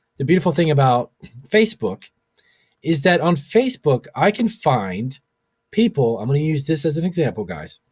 the beautiful thing about facebook is that on facebook i can find people, i'm gonna use this as an example, guys,